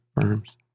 firms